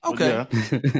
Okay